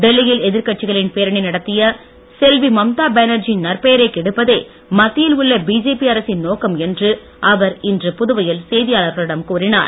டெல்லியில் எதிர்கட்சிகளின் பேரணி நடத்திய செல்வி மம்தா பேனர்ஜியின் நற்பெயரை கெடுப்பதே மத்தியில் உள்ள பிஜேபி அரசின் நோக்கம் என்று அவர் இன்று புதுவையில் செய்தியாளர்களிடம் கூறினார்